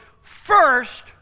first